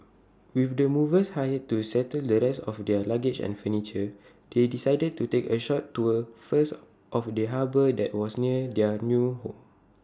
with the movers hired to settle the rest of their luggage and furniture they decided to take A short tour first of the harbour that was near their new home